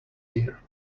year